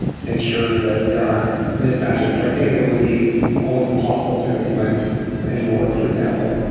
to make sure that there are mismatches, like things that would be almost impossible to implement in borg, for example